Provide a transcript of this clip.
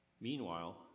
Meanwhile